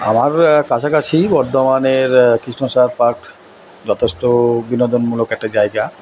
আমার কাছাকাছি বর্ধমানের কৃষ্ণসায়র পার্ক যথেষ্ট বিনোদনমূলক একটা জায়গা